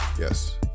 Yes